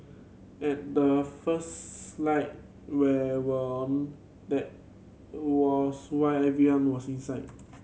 at the first light where were that was why everyone was inside